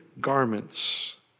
garments